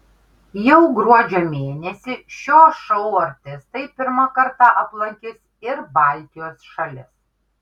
jau gruodžio mėnesį šio šou artistai pirmą kartą aplankys ir baltijos šalis